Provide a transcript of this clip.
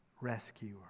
rescuer